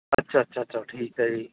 ਅੱਛਾ ਅੱਛਾ ਅੱਛਾ ਠੀਕ ਹੈ ਜੀ